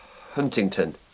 Huntington